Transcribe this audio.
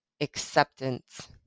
acceptance